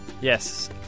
Yes